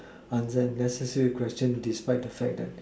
uh then necessary question despite the fact that